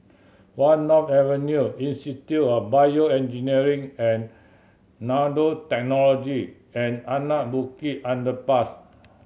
One North Avenue Institute of BioEngineering and Nanotechnology and Anak Bukit Underpass